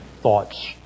thoughts